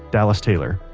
dallas taylor.